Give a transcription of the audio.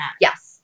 Yes